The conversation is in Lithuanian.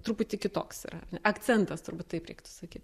truputį kitoks yra akcentas turbūt taip reiktų sakyt